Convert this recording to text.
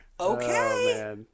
Okay